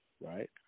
right